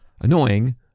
annoying